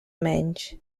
menys